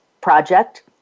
project